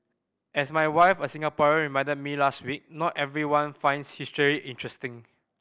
as my wife a Singaporean reminded me last week not everyone finds history interesting